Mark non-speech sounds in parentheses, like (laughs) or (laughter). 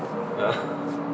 (laughs)